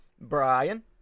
Brian